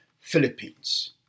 Philippines